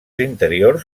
interiors